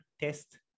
test